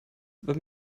wenn